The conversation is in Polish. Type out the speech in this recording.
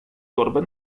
torbę